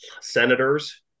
senators